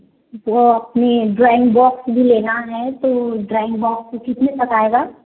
वह अपने drawing box भी लेना है तो ड्राइंग बॉक्स कितने तक आएगा